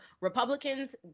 Republicans